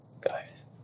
guys